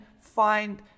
find